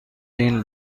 این